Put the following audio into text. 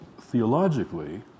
theologically